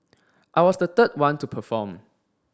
I was the third one to perform